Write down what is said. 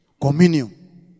Communion